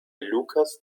lucas